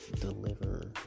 deliver